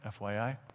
FYI